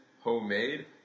homemade